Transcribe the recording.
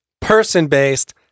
person-based